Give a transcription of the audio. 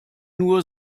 nur